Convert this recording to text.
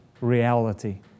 reality